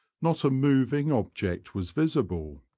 not a moving object was visible.